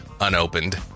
unopened